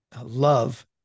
love